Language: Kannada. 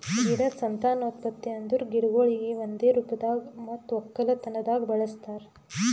ಗಿಡದ್ ಸಂತಾನೋತ್ಪತ್ತಿ ಅಂದುರ್ ಗಿಡಗೊಳಿಗ್ ಒಂದೆ ರೂಪದಾಗ್ ಮತ್ತ ಒಕ್ಕಲತನದಾಗ್ ಬಳಸ್ತಾರ್